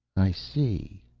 i see.